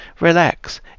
Relax